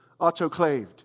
autoclaved